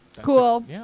Cool